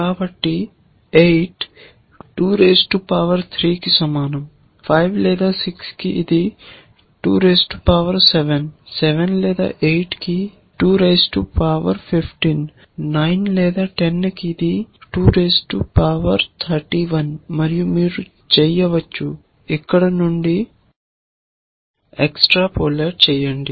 కాబట్టి 8 2 3 కు సమానం 5 లేదా 6 కి ఇది 2 7 7 లేదా 8 కి 2 15 9 లేదా 10 కి ఇది 2 31 మరియు మీరు చేయవచ్చు ఇక్కడ నుండి ఎక్స్ట్రాపోలేట్ చేయండి